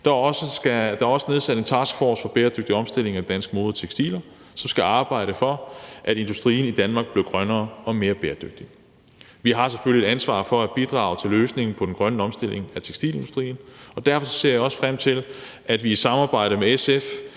Der er også nedsat en taskforce for bæredygtig omstilling af dansk mode og tekstiler, som skal arbejde for, at industrien i Danmark bliver grønnere og mere bæredygtig. Vi har selvfølgelig et ansvar for at bidrage til løsningen på den grønne omstilling af tekstilindustrien, og derfor ser jeg også frem til, at vi i udvalget – i